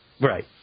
Right